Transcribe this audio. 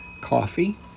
coffee